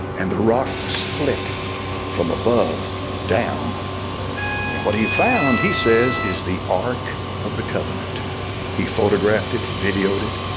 and the rock was split from above down and what he found he says is the ark of the covenant he photographed it videoed it,